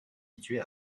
situés